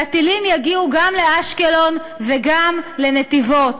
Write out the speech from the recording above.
והטילים יגיעו גם לאשקלון וגם לנתיבות.